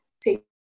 take